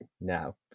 Now